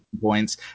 points